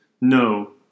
No